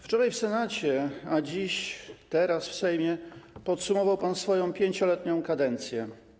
Wczoraj w Senacie, a dziś w Sejmie podsumował pan swoją 5-letnią kadencję.